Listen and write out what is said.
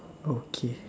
okay